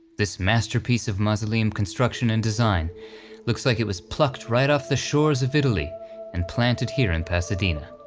this masterpiece of mausoleum construction and design looks like it was plucked right off the shores of italy and planted here in pasadena.